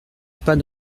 pas